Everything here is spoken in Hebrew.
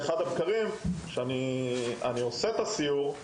באחד מהבקרים בהם עשיתי את הסיור,